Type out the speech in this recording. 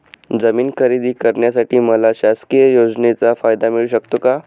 जमीन खरेदी करण्यासाठी मला शासकीय योजनेचा फायदा मिळू शकतो का?